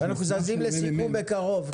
אנחנו זזים לסיכום בקרוב.